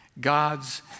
God's